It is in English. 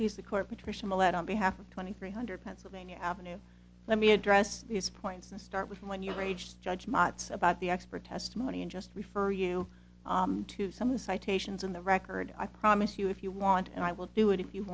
please the court patricia millett on behalf of twenty three hundred pennsylvania avenue let me address these points and start with you and your age judge mots about the expert testimony and just refer you to some of the citations in the record i promise you if you want and i will do it if you